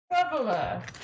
traveler